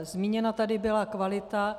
Zmíněna tady byla kvalita.